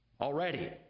already